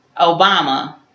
Obama